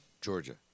Georgia